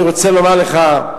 אני רוצה לומר לך,